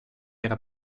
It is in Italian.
era